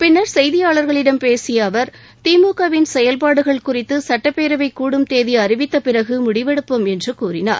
பின்னர் செய்தியாளர்களிடம் பேசிய அவர் திமுகவின் செயல்பாடுகள் குறித்து சுட்டப்பேரவை கூடும் தேதி அறிவித்த பிறகு முடிவெடுப்போம் என்று கூறினார்